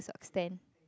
stand